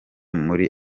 muri